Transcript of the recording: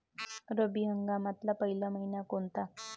रब्बी हंगामातला पयला मइना कोनता?